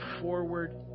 forward